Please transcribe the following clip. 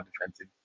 defensive